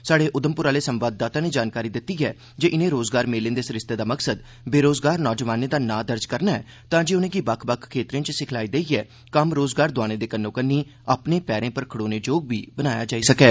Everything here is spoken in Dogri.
स्हाड़े उधमपुर आह्ले संवाददाता नै जानकारी दित्ती ऐ जे इनें रोजगार मेलें दे सरिस्ते दा मकसद बेरोजगार नौजवानें दा नां दर्ज करना ऐ तांजे उनेंगी बक्ख बक्ख खेत्तरें च सिखलाई देइयै उनेंगी कम्म रोजगार दोआने दे कन्नो कन्नी अपने पैरें पर खड़ोने जोग बी बनाया जाई सकै